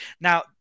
now